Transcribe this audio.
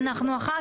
אחר.